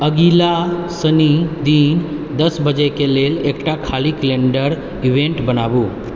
अगिला शनि दिन दस बजेके लेल एकटा खाली कैलेण्डर इवेण्ट बनाउ